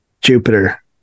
jupiter